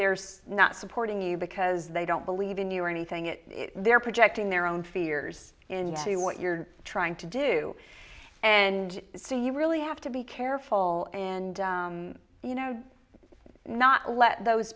there's not supporting you because they don't believe in you or anything it they're projecting their own fears in you what you're trying to do and so you really have to be careful and you know not let those